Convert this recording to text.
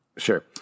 Sure